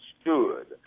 stood